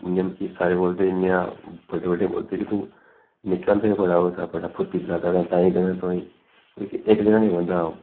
इ'यां मिकी सारे बोलदे इ'यां बड्डे बड्डे बोलदे कि तूं निक्के होंदा गै बड़ा ओह् बड़ा फुरतीला कदें ताहीं कदें तुआहीं इक जगह निं बौंह्दा हा अ'ऊं